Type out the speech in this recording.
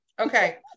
Okay